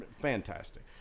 fantastic